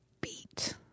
beat